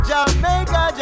Jamaica